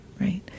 right